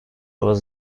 was